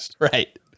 Right